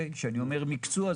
כשאני אומר מקצוע,